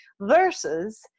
versus